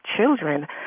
children